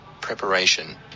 preparation